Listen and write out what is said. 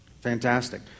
Fantastic